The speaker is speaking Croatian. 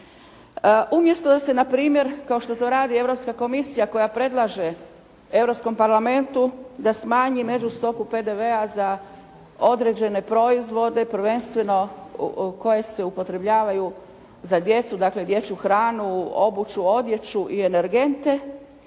Umjesto da se, na primjer kao što to radi Europska komisija koja predlaže Europskom parlamentu da smanji međustopu PDV-a za određene proizvode, prvenstveno koji se upotrebljavaju za djecu, dakle dječju hranu, obuću, odjeću i energente.